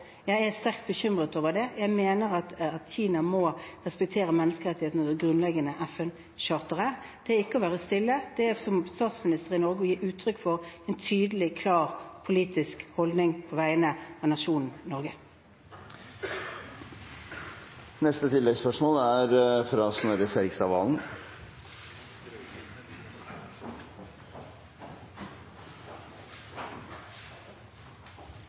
Jeg er sterkt bekymret for det. Jeg mener at Kina må respektere menneskerettighetene og det grunnleggende FN-charteret. Det er ikke å være stille. Det er som statsminister i Norge å gi uttrykk for en tydelig, klar politisk holdning på vegne av nasjonen Norge. Det blir oppfølgingsspørsmål – først Snorre Serigstad Valen.